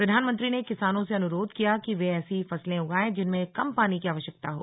प्रधानमंत्री ने किसानों से अनुरोध किया कि वे ऐसी फसलें उगाएं जिनमें कम पानी की आवश्यकता हो